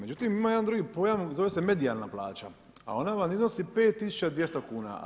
Međutim ima jedan drugi pojam, zove se medijalna plaća a ona vam iznosi 5200 kuna.